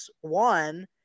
One